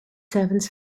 servants